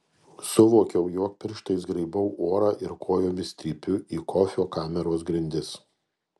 suvokiau jog pirštais graibau orą ir kojomis trypiu į kofio kameros grindis